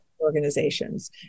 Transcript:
organizations